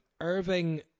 Irving